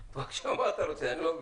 מה אתה רוצה, אני לא מבין.